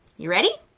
you ready?